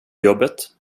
jobbet